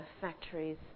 factories